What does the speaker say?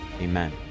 amen